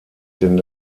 den